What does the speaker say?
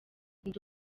ndi